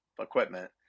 equipment